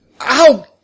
Ow